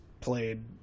played